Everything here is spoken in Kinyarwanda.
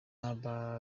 umugaba